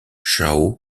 chao